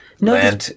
No